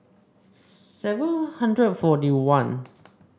seven hundred forty one